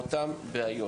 לאותן רשויות,